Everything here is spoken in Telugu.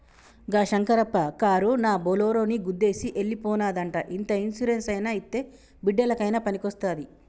గా శంకరప్ప కారునా బోలోరోని గుద్దేసి ఎల్లి పోనాదంట ఇంత ఇన్సూరెన్స్ అయినా ఇత్తే బిడ్డలకయినా పనికొస్తాది